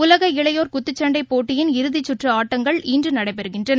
உலக இளையோர் குத்துச்சண்டைப் போட்டியின் இறதிச் கற்றுஆட்டங்கள் இன்றுநடைபெறுகின்றன